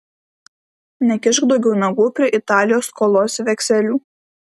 nekišk daugiau nagų prie italijos skolos vekselių